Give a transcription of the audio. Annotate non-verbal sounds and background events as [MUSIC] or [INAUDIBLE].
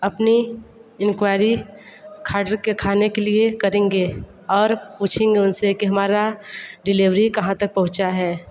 अपनी इंक्वारी [UNINTELLIGIBLE] के खाने के लिए करेंगे और पूछेंगे उनसे कि हमारा डिलेवरी कहाँ तक पहुँचा है